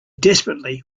desperately